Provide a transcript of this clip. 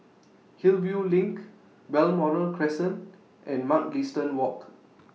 Hillview LINK Balmoral Crescent and Mugliston Walk